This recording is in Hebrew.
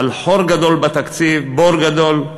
על חור גדול בתקציב, בור גדול.